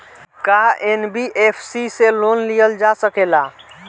का एन.बी.एफ.सी से लोन लियल जा सकेला?